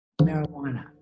marijuana